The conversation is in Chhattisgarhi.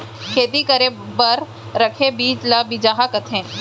खेती करे बर रखे बीज ल बिजहा कथें